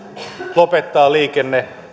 lopettaa liikenne